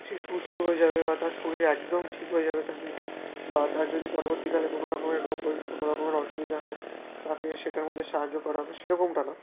সে সুস্থ হয়ে যাবে বা তার শরীর একদম ঠিক হয়ে যাবে তাতে বা তার যদি পরবর্তীকালে কোনো রকমের রোগ বা কিছু কোনো রকমের অসুবিধা হয় তাকে সেটার মধ্যে সাহায্য করা হবে সেরকমটা না